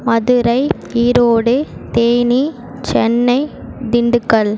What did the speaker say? Madurai Erode Theni Chennai Dindigul